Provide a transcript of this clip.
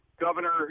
governor